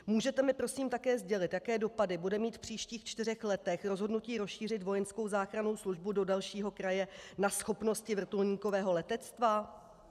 Můžete mi prosím také sdělit, jaké dopady bude mít v příštích čtyřech letech rozhodnutí rozšířit vojenskou záchrannou službu do dalšího kraje na schopnosti vrtulníkového letectva?